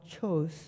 chose